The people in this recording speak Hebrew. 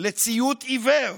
לציות עיוור.